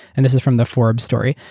and this is from the forbes story.